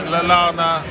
Lalana